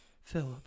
Philip